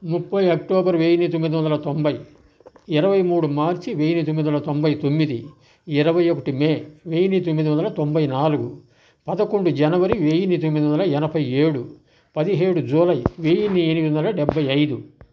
ముప్పై అక్టోబర్ వెయ్యిన్ని తొమ్మిది వందల తొంభై ఇరువై మూడు మార్చ్ వెయ్యిన్ని తొమ్మిది వందల తొంభై తొమ్మిది ఇరవై ఒకటి మే వెయ్యిన్ని తొమ్మిది వందల తొంభై నాలుగు పదకొండు జనవరి వెయ్యిన్ని తొమ్మిది వందల ఎనభై ఏడు పదిహేడు జూలై వెయ్యిన్ని ఎనిమిది వందల డెబ్బై ఐదు